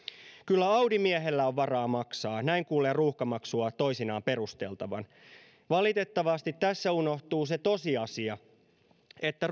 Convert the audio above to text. kyllä audi miehellä on varaa maksaa näin kuulee ruuhkamaksua toisinaan perusteltavan valitettavasti tässä unohtuu se tosiasia että